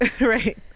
Right